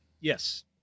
Yes